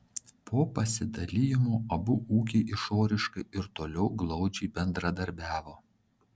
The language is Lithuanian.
po pasidalijimo abu ūkiai išoriškai ir toliau glaudžiai bendradarbiavo